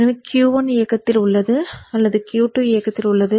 எனவே Q1 இயக்கத்தில் உள்ளது அல்லது Q2 இயக்கத்தில் உள்ளது